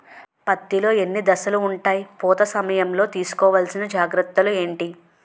పత్తి లో ఎన్ని దశలు ఉంటాయి? పూత సమయం లో తీసుకోవల్సిన జాగ్రత్తలు ఏంటి?